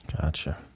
Gotcha